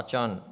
John